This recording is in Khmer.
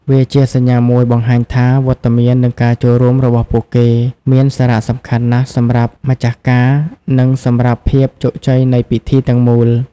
វាជាសញ្ញាមួយបង្ហាញថា វត្តមាន និងការចូលរួមរបស់ពួកគេមាន សារៈសំខាន់ ណាស់សម្រាប់ម្ចាស់ការ និងសម្រាប់ភាពជោគជ័យនៃពិធីទាំងមូល។